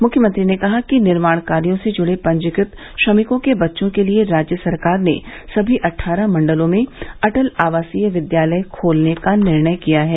मुख्यमंत्री ने कहा कि निर्माण कार्यों से जुड़े पंजीकृत श्रमिकों के बच्चों के लिये राज्य सरकार ने सभी अट्ठारह मण्डलों में अटल आवासीय विद्यालय खोलने का निर्णय किया है